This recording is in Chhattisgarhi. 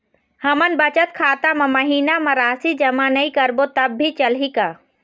हमन बचत खाता मा महीना मा राशि जमा नई करबो तब भी चलही का?